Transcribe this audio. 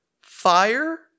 fire